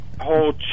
whole